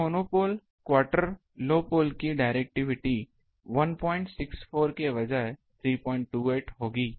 तो monopole quarter low pole की directivity 164 के बजाय 328 होगी